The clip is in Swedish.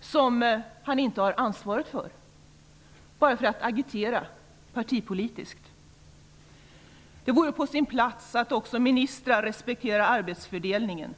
som han inte har ansvaret för. Det gör han bara för att agitera partipolitiskt. Det vore på sin plats att också ministrar respekterar arbetsfördelningen.